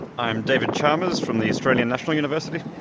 i'm david chalmers from the australian national university.